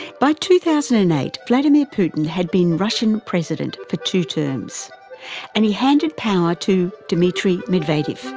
but two thousand and eight vladimir putin had been russian president for two terms and he handed power to dmitry medvedev.